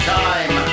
time